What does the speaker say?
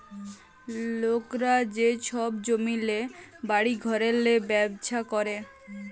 লকরা যে ছব জমিল্লে, বাড়ি ঘরেল্লে ব্যবছা ক্যরে